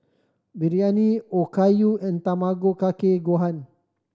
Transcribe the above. Biryani Okayu and Tamago Kake Gohan